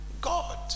God